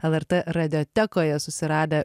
lrt radiotekoje susiradę